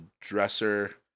dresser